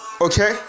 okay